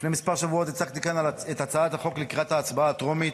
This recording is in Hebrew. לפני כמה שבועות הצגתי כאן את הצעת החוק לקראת ההצבעה הטרומית,